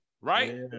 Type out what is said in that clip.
right